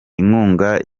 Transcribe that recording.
inkunga